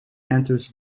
enters